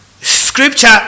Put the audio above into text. Scripture